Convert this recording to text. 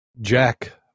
Jack